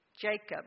Jacob